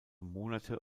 monate